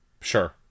Sure